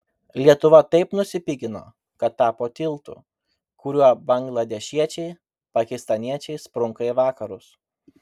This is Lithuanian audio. lietuva taip nusipigino kad tapo tiltu kuriuo bangladešiečiai pakistaniečiai sprunka į vakarus